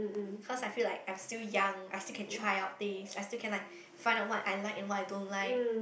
cause I feel like I'm still young I still can try out things I still can like find out what I like and what I don't like